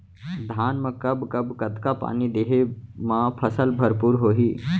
धान मा कब कब कतका पानी देहे मा फसल भरपूर होही?